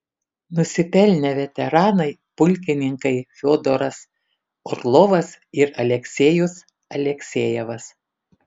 nusipelnę veteranai pulkininkai fiodoras orlovas ir aleksejus aleksejevas